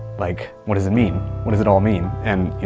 like what does it mean? what does it all mean? and, you